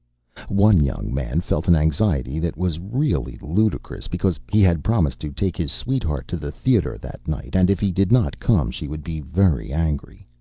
one young man felt an anxiety that was really ludicrous because he had promised to take his sweetheart to the theater that night, and if he did not come she would be very angry.